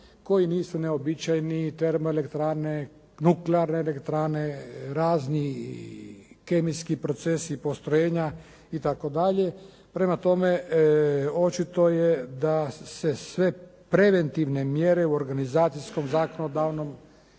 koji nisu neuobičajeni: termoelektrane, nuklearne elektrane, razni kemijski procesi i postrojenja i tako dalje. Prema tome očito je da se sve preventivne mjere u organizacijskom, zakonodavnom